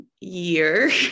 year